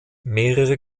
mehrere